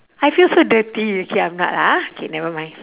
I feel so dirty okay I'm not ah K never mind